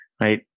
right